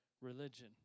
religion